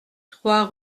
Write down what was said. trois